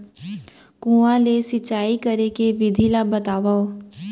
कुआं ले सिंचाई करे के विधि ला बतावव?